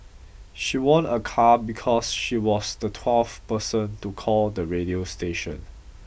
she won a car because she was the twelfth person to call the radio station